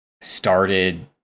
started